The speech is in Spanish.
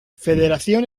federación